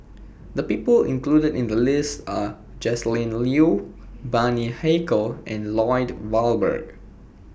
The People included in The list Are Joscelin Leo Bani Haykal and Lloyd Valberg